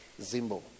zimbo